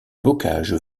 bocage